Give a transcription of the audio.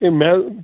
A مےٚ حظ